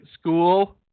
school